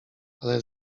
ale